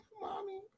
Mommy